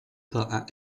pas